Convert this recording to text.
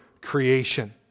creation